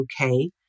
okay